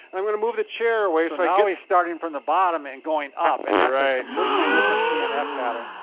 i'm gonna move the chair away. so now he's starting from the bottom and going up, and that's a completely different p and f pattern.